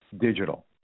Digital